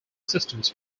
systems